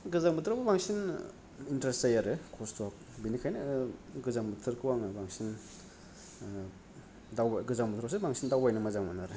गोजां बोथोरावनो बांसिन इन्थारेसथ जायो आरो खस्थ'बेनिखायनो गोजां बोथोरखौ आङो बांसिन दावबाय गोजां बोथोरावसो बांसिन दावबायनो मोजां मोनो आरो